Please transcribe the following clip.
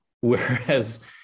Whereas